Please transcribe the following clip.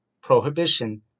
Prohibition